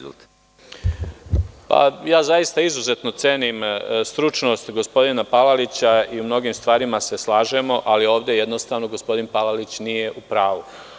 Zaista izuzetno cenim stručnost gospodina Palalića i u mnogim stvarima se slažemo, ali ovde jednostavno gospodin Palalić nije u pravu.